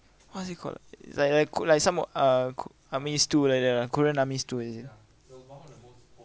what's it called like like coo~ like some uh coo~ army stew like the korean army stew is it